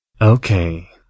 Okay